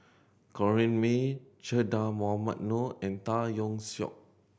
Corrinne May Che Dah Mohamed Noor and Tan Yeok Seong